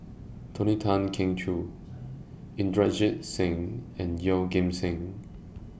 Tony Tan Keng Joo Inderjit Singh and Yeoh Ghim Seng